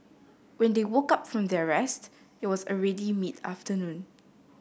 when they woke up from their rest it was already mid afternoon